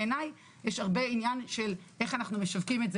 בעיניי יש הרבה עניין של איך אנחנו משווקים את זה,